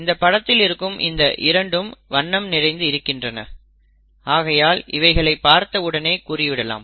இந்த படத்தில் இருக்கும் இந்த இரண்டும் வண்ணம் நிறைந்து இருக்கின்றன ஆகையால் இவைகளை பார்த்த உடனே கூறிவிடலாம்